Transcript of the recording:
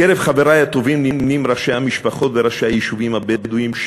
עם חברי הטובים נמנים ראשי המשפחות וראשי היישובים הבדואיים,